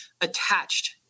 attached